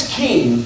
king